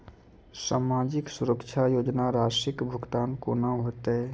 समाजिक सुरक्षा योजना राशिक भुगतान कूना हेतै?